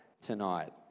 tonight